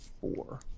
four